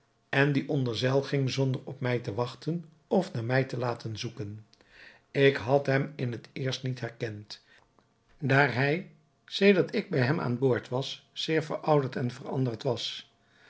en die onder zeil ging zonder op mij te wachten of naar mij te laten zoeken ik had hem in het eerst niet herkend daar hij sedert ik bij hem aan boord was zeer verouderd en veranderd was